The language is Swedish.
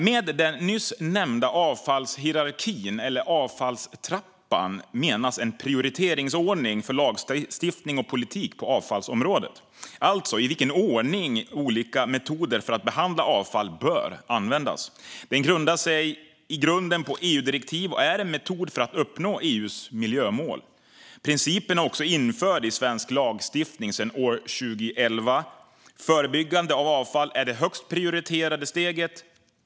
Med den nyss nämnda avfallshierarkin, eller avfallstrappan, menas en prioriteringsordning för lagstiftning och politik på avfallsområdet, alltså i vilken ordning olika metoder för att behandla avfall bör användas. Den grundar sig på EU-direktiv och är en metod för att uppnå EU:s miljömål. Principen är också införd i svensk lagstiftning sedan år 2011. Förebyggande av avfall är det högst prioriterade steget.